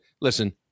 listen